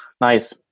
Nice